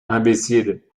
imbécile